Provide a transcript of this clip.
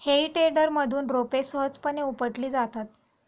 हेई टेडरमधून रोपे सहजपणे उपटली जातात